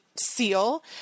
seal